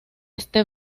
este